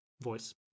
voice